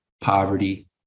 poverty